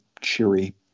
cheery